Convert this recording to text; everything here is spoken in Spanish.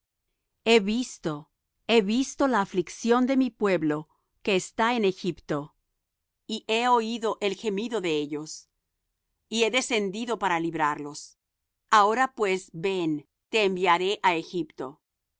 he visto he visto la aflicción de mi pueblo que está en egipto y he oído el gemido de ellos y he descendido para librarlos ahora pues ven te enviaré á egipto